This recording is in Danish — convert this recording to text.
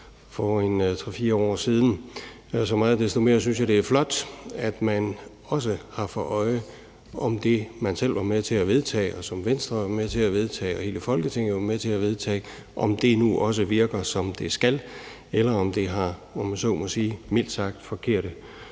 for 3-4 år siden. Så meget desto mere synes jeg, at det er flot, at man også har for øje, om det, man selv var med til at vedtage, og som Venstre og hele Folketinget var med til at vedtage, nu også virker, som det skal, eller om det har, om jeg så må sige, mildt sagt forkerte